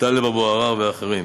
טלב אבו עראר ואחרים,